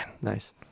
Nice